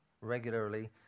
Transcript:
regularly